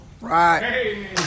Right